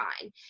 fine